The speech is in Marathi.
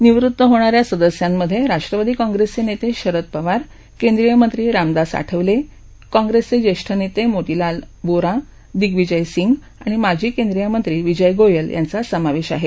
निवृत होणा या सदस्यांमधे राष्ट्रवादी काँग्रेसचे नेते शरद पवार केंद्रीय मंत्री रामदास आठवले काँग्रेसचे ज्येष्ठ नेते मोतीलाल बोरा दिग्वीजय सिंग आणि माजी केंद्रीय मंत्री विजय गोयल यांचा समावेश आहे